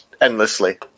endlessly